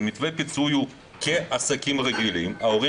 ומתווה פיצוי הוא כעסקים רגילים ההורים